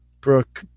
Brooke